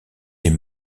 est